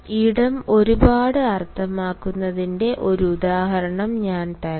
ഇടം ഒരുപാട് അർത്ഥമാക്കുന്നതിന്റെ ഒരു ഉദാഹരണം ഞാൻ തരാം